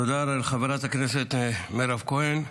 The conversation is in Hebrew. תודה לחברת הכנסת מירב כהן.